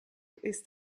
ist